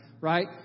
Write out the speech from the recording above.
right